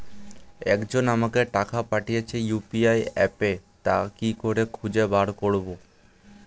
একজন আমাকে টাকা পাঠিয়েছে ইউ.পি.আই অ্যাপে তা কি করে খুঁজে বার করব?